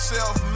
Self